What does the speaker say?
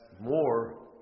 more